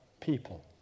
people